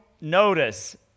notice